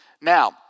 Now